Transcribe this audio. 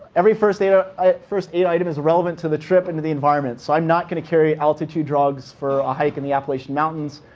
every first aid ah first aid item is relevant to the trip and the environment. so i'm not going to carry altitude drugs for a hike in the appalachian mountains.